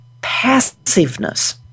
passiveness